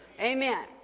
Amen